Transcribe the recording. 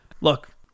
Look